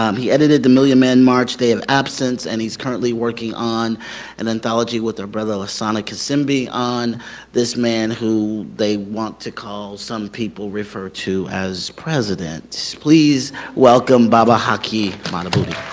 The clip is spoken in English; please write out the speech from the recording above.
um he edited the million man march day of absence and he's currently working on and anthology with their brother lasana kasimbi on this man who they want to call some people refer to as president. so please welcome baba haki wadhubuti. but